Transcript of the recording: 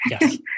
Yes